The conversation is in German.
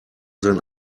sein